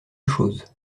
chose